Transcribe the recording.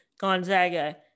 Gonzaga